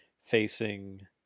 facing